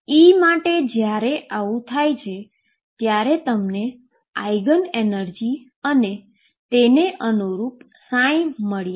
આમ E માટે જ્યારે આવું થાય છે ત્યારે તમને આઈગન એનર્જી અને તેને અનુરૂપ મળ્યા